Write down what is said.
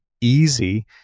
easy